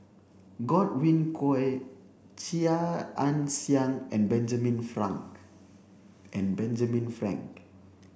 Godwin Koay Chia Ann Siang and Benjamin Frank and Benjamin Frank